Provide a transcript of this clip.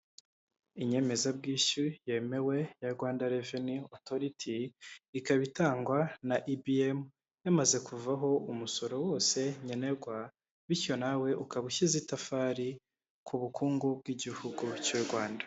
Inyemezabwishyu yemewe ya Rwanda reveni otoriti ikaba itangwa na ibm yamaze kuvaho umusoro wose nkenerwa , bityo nawe ukaba ushyize itafari ku bukungu bw'igihugu cy'u Rwanda.